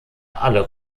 alle